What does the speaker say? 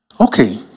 Okay